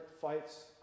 fights